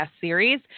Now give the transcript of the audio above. series